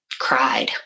cried